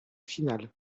finale